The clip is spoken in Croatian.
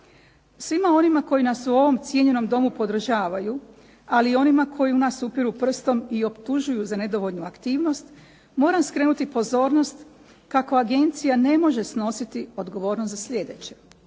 Svima onima koji nas u ovom cijenjenom Domu podržavaju, ali i onima koji u nas upiru prstom i optužuju za nedovoljnu aktivnost, moram skrenuti pozornost kako agencija ne može snositi odgovornost za sljedeće.